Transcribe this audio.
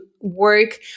work